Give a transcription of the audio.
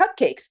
cupcakes